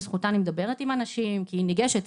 בזכותה אני מדברת עם אנשים כי היא ניגשת.